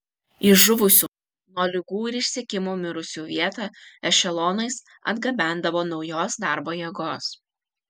į žuvusių nuo ligų ir išsekimo mirusių vietą ešelonais atgabendavo naujos darbo jėgos